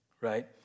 Right